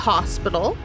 Hospital